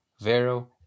vero